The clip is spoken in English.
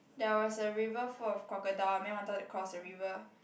there was a river full of crocodile a man wanted to cross a river